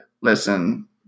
listen